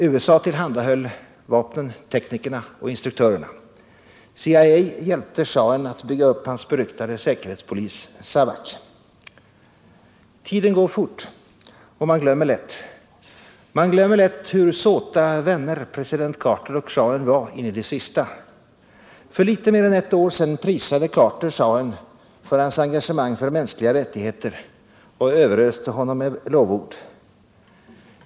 USA tillhandahöll vapnen, teknikerna och instruktörerna. CIA hjälpte schahen att bygga upp hans beryktade säkerhetspolis, Savak. Tiden går fort, och man glömmer lätt. Man glömmer lätt hur såta vänner president Carter och schahen var in i det sista. För litet mer än ett år sedan prisade Carter schahen för hans engagemang för mänskliga rättigheter och överöste honom med lovord.